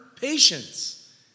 patience